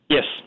Yes